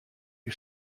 die